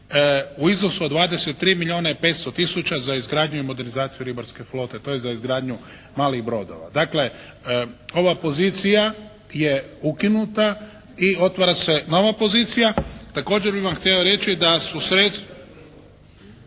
u iznosu od 23 milijuna i 500 tisuća za izgradnju i modernizaciju ribarske flote. To je za izgradnju malih brodova. Dakle ova pozicija je ukinuta i otvara se nova pozicija. Također bih vam htio reći da su …